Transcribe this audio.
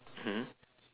mmhmm